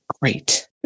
Great